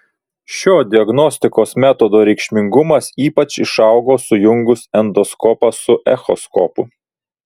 šio diagnostikos metodo reikšmingumas ypač išaugo sujungus endoskopą su echoskopu